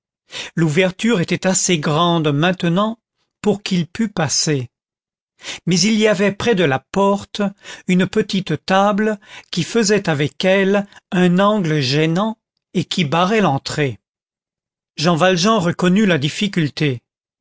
l'ouverture était assez grande maintenant pour qu'il pût passer mais il y avait près de la porte une petite table qui faisait avec elle un angle gênant et qui barrait l'entrée jean valjean reconnut la difficulté